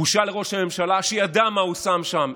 בושה לראש הממשלה שידע מה הוא שם שם,